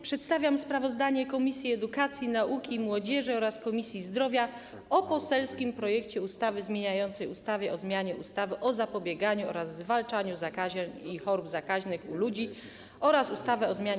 Przedstawiam sprawozdanie Komisji Edukacji, Nauki i Młodzieży oraz Komisji Zdrowia o poselskim projekcie ustawy zmieniającej ustawę o zmianie ustawy o zapobieganiu oraz zwalczaniu zakażeń i chorób zakaźnych u ludzi oraz ustawę o zmianie